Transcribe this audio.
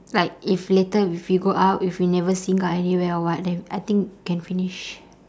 like if later if we go out if we never singgah anywhere or what then I think can finish